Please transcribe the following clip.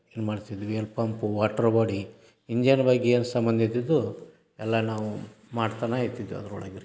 ಇದು ಮಾಡ್ತಿದ್ವಿ ಅಲ್ಲಿ ಪಂಪು ವಾಟ್ರ್ ಬಾಡಿ ಇಂಜನ್ ಬಗ್ಗೆ ಏನು ಸಂಬಂಧ ಇದ್ದಿದ್ದು ಎಲ್ಲ ನಾವು ಮಾಡ್ತನೇ ಇರ್ತಿದ್ದೋ ಅದ್ರ ಒಳಗೆ ರೀ